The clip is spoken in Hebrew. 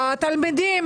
התלמידים,